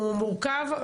הוא מורכב,